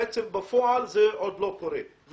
שבפועל זה עוד לא קורה.